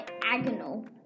diagonal